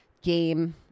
game